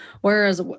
Whereas